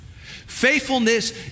Faithfulness